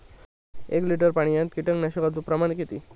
एक लिटर पाणयात कीटकनाशकाचो प्रमाण किती?